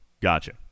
Gotcha